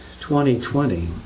2020